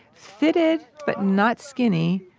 fitted, but not skinny,